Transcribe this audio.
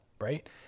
right